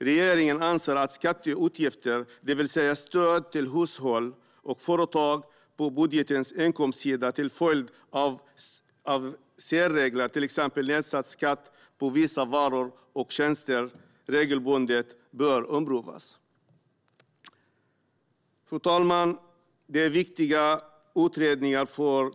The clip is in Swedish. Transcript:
Regeringen anser att skatteutgifter, det vill säga stöd till hushåll och företag på budgetens inkomstsida till följd av särregler, till exempel nedsatt skatt på vissa varor och tjänster, regelbundet bör omprövas. Fru talman!